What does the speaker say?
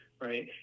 right